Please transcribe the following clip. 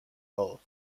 all